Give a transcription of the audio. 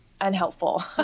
unhelpful